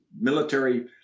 military